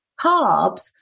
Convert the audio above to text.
carbs